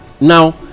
Now